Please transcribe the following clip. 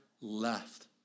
left